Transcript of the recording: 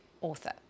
author